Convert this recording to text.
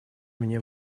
мне